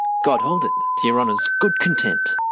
god hold it, to your honour's good content!